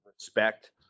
respect